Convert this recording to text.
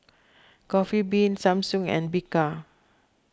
Coffee Bean Samsung and Bika